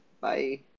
bye